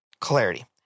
clarity